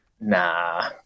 nah